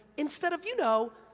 instead of, you know?